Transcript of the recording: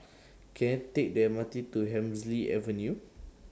Can I Take The M R T to Hemsley Avenue